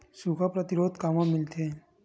सुखा प्रतिरोध कामा मिलथे?